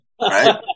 right